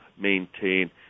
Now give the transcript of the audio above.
maintain